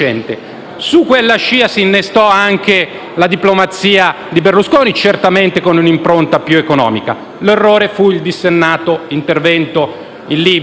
Su quella scia si innestò anche la diplomazia di Berlusconi, certamente con un'impronta più economica. L'errore fu il dissennato intervento in Libia.